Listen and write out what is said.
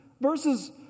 verses